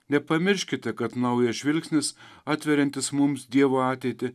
nepamirškite kad naujas žvilgsnis atveriantis mums dievo ateitį